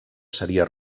seria